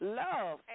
love